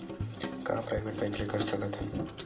का private bank ले कर सकत हन?